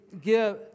give